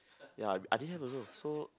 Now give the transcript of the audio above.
ya I didn't have also so